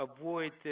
avoid